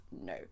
no